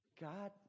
God